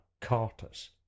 carters